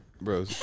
Bro